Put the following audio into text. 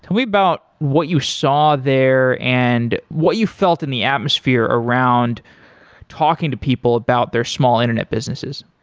tell me about what you saw there and what you felt in the atmosphere around talking to people about their small internet businesses.